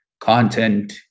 content